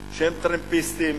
שהם טרמפיסטים,